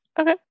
Okay